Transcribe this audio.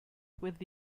with